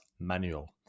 manual